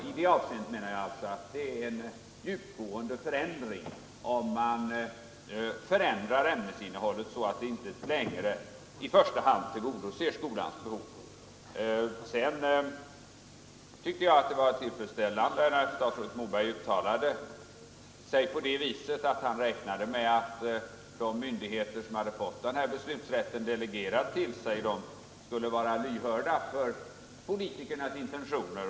I det avseendet menar jag att det är fråga om en djupgående förändring, om ämnesinnehållet förändras så att det inte längre i första hand tillgodoser skolans krav. Vidare tycker jag att det var tillfredsställande att statsrådet Moberg uttalade sig på det sättet att han räknade med att de myndigheter till vilka beslutanderätt delegerats skulle vara lyhörda för politikernas intentioner.